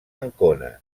ancona